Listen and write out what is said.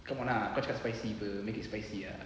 come on ah kau cakap spicy [pe] make it spicy ah